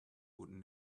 would